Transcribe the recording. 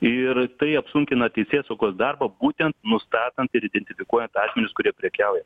ir tai apsunkina teisėsaugos darbą būtent nustatant ir identifikuojant asmenis kurie prekiauja